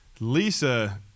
Lisa